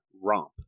romp